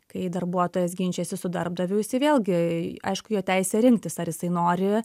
kai darbuotojas ginčijasi su darbdaviu jisai vėlgi aišku jo teisė rinktis ar jisai nori